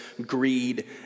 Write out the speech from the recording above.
greed